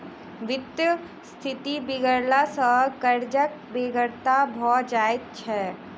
वित्तक स्थिति बिगड़ला सॅ कर्जक बेगरता भ जाइत छै